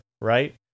right